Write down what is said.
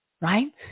Right